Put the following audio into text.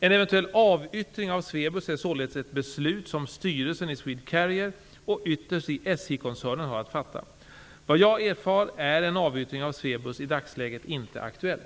En eventuell avyttring av Swebuss är således ett beslut som styrelsen i Swedcarrier och ytterst i SJ koncernen har att fatta. Enligt vad jag erfarit är en avyttring av Swebus i dagsläget inte aktuell.